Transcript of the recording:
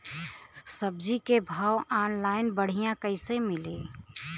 सब्जी के भाव ऑनलाइन बढ़ियां कइसे मिली?